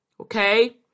Okay